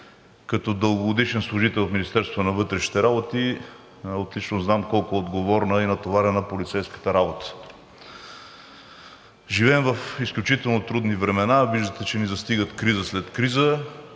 Като дългогодишен служител в Министерството на вътрешните работи отлично знам колко отговорна и натоварена е полицейската работа. Живеем в изключително трудни времена. Виждате, че ни застигат криза след криза,